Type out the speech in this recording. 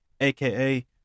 AKA